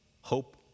hope